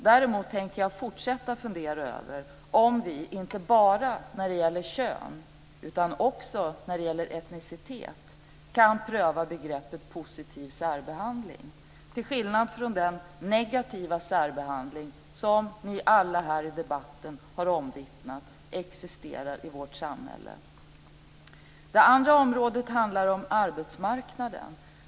Däremot tänker jag fortsätta att fundera över om vi inte bara när det gäller kön utan också när det gäller etnicitet kan pröva begreppet "positiv särbehandling" - till skillnad från den negativa särbehandling som vi alla här i debatten har omvittnat existerar i vårt samhälle. Det andra området handlar om arbetsmarknaden.